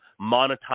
monetize